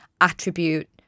attribute